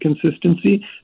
consistency